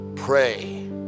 Pray